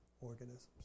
organisms